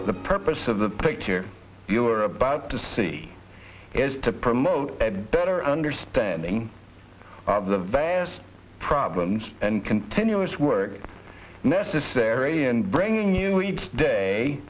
the purpose of the picture you are about to see is to promote a better understanding of the vast problems and continuous work necessary and bring you each day